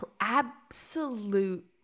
absolute